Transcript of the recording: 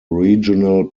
regional